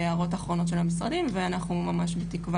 הערות אחרונות של המשרדים ואנחנו בתקווה,